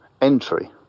entry